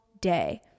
day